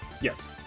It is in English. Yes